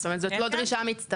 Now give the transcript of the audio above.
זאת אומרת, זאת לא דרישה מצטברת.